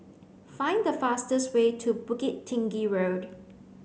find the fastest way to Bukit Tinggi Road